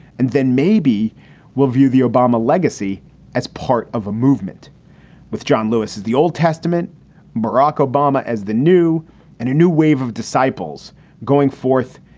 and then maybe we'll view the obama legacy as part of a movement with john lewis. is the old testament barack obama as the new and a new wave of disciples going forth,